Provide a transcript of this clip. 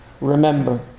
Remember